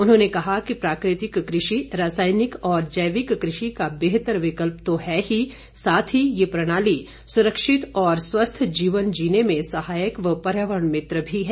उन्होंने कहा कि प्राकृतिक कृषि रासायनिक और जैविक कृषि का बेहतर विकल्प तो है ही साथ ही ये प्रणाली सुरक्षित और स्वस्थ जीवन जीने में सहायक व पर्यावरण मित्र भी है